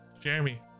jeremy